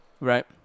right